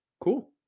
cool